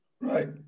Right